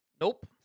Nope